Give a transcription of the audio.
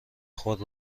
خود